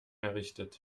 errichtet